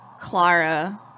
Clara